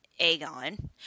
Aegon